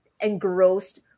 engrossed